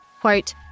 Quote